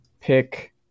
pick